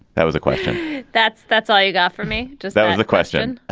that was a question that's that's all you got for me? does that was the question.